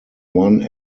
one